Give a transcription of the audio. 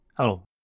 Hello